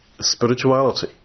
spirituality